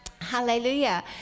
Hallelujah